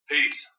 Peace